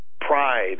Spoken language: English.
pride